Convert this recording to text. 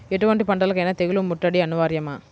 ఎటువంటి పంటలకైన తెగులు ముట్టడి అనివార్యమా?